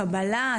קבלה,